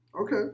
Okay